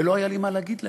ולא היה לי מה להגיד להם.